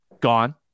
gone